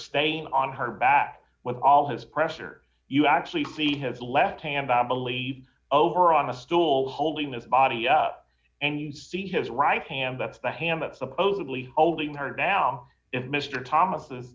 stain on her back with all his pressure you actually see his left hand i believe over on the stool holding the body up and you see his right hand that's the hand that supposedly holding her down and mr thomas the